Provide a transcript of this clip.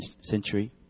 century